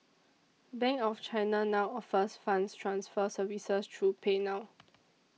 bank of China now offers funds transfer services through pay now